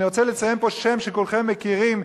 אני רוצה לציין פה שם שכולכם מכירים,